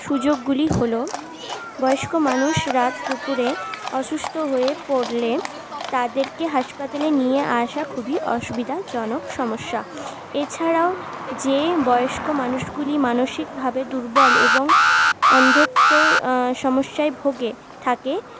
সুযোগগুলি হলো বয়স্ক মানুষ রাত দুপুরে অসুস্থ হয়ে পড়লে তাদেরকে হাসপাতালে নিয়ে আসা খুবই অসুবিধাজনক সমস্যা এছাড়াও যে বয়স্ক মানুষগুলি মানসিকভাবে দুর্বল এবং অন্ধত্বর সমস্যায় ভোগে থাকে